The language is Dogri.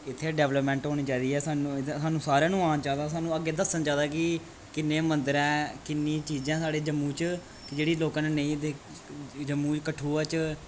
इत्थें डैवलपमैंट होनी चाहिदी ऐ सानूं सानूं सारेआं नू आना चाहिदा सानूं अग्गें दस्सना चाहिदा कि किन्ने मन्दर ऐ किन्नियां चीजां साढ़े जम्मू च कि जेह्ड़ी लोकें ने नेईं देखी जम्मू च कठुआ च